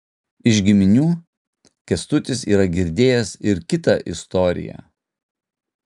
iš giminių kęstutis yra girdėjęs ir kitą istoriją